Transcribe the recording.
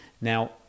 Now